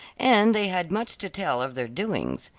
and they had much to tell of their doings.